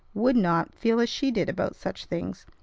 would not, feel as she did about such things.